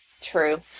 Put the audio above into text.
True